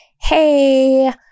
Hey